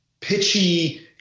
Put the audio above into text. pitchy